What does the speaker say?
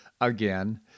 again